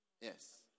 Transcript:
Yes